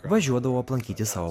važiuodavau aplankyti savo